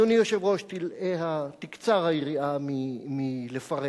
אדוני היושב-ראש, תקצר היריעה מלפרט,